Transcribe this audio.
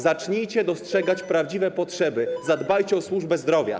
Zacznijcie dostrzegać prawdziwe potrzeby, zadbajcie o służbę zdrowia.